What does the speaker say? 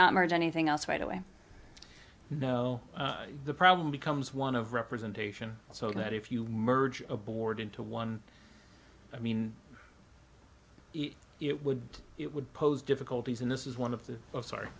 merge anything else right away you know the problem becomes one of representation so that if you merge a board into one i mean it would it would pose difficulties in this is one of the of sorry